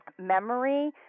Memory